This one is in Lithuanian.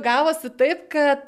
gavosi taip kad